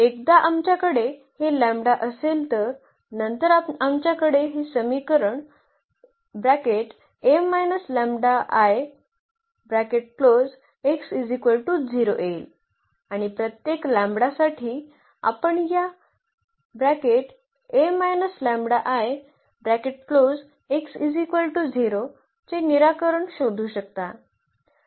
एकदा आमच्याकडे हे असेल तर नंतर आमच्याकडे हे समीकरण येईल आणि प्रत्येक लॅम्बडासाठी आपण या चे निराकरण शोधू शकता